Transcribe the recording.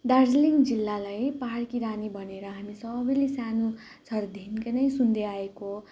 दार्जिलिङ जिल्लालाई पहाडकी रानी भनेर हामी सबैले सानो छँदादेखिको नै सुन्दै आएको हो